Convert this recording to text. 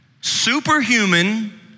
superhuman